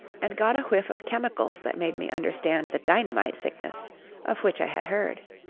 and got a whiff of chemicals that made me understand the dynamite-sickness of which i had heard.